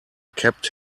kept